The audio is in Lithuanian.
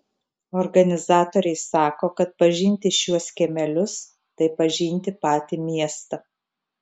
organizatoriai sako kad pažinti šiuos kiemelius tai pažinti patį miestą